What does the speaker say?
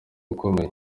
ukomeye